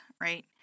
right